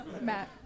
Matt